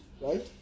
Right